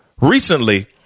Recently